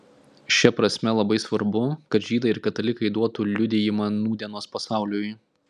šia prasme labai svarbu kad žydai ir katalikai duotų liudijimą nūdienos pasauliui